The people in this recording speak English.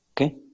okay